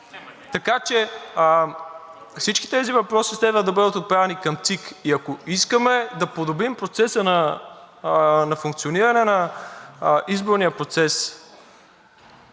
така че всички тези въпроси следва да бъдат отправени към ЦИК. Ако искаме да подобрим процеса на функциониране на изборния процес,